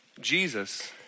Jesus